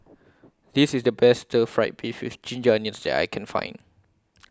This IS The Best Stir Fried Beef with Ginger Onions that I Can Find